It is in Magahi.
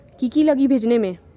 की की लगी भेजने में?